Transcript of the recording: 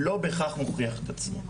לא בהכרח מוכיח את עצמו.